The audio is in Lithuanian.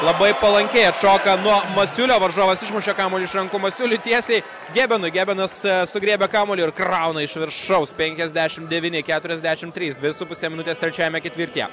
labai palankiai atšoka nuo masiulio varžovas išmušė kamuolį iš rankų masiuliui tiesiai gebenui gebenas sugriebia kamuolį ir krauna iš viršaus penkiasdešimt devyni keturiasdešimt trys dvi su puse minutės trečiajame ketvirtyje